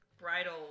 bridal